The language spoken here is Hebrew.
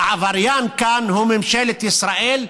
העבריין כאן הוא ממשלת ישראל,